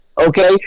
Okay